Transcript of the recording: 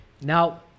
Now